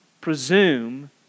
presume